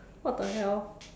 what the hell